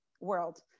world